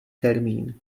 termín